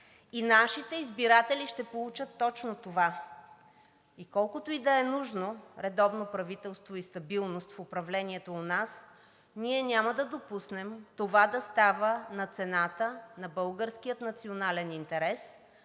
И нашите избиратели ще получат точно това. Колкото и да е нужно редовно правителство и стабилност в управлението у нас, ние няма да допуснем това да става на цената на българския национален интерес,